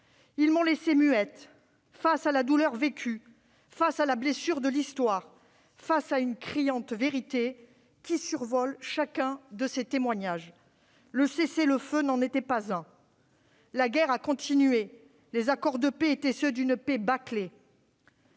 Ils m'ont laissée muette face à la douleur vécue, face à la blessure de l'histoire, face à la vérité criante qui domine chacun de ces témoignages : le cessez-le-feu n'en était pas un ; la guerre a continué ; les accords de paix cachaient une paix bâclée.